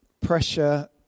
Pressure